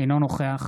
אינו נוכח